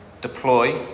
deploy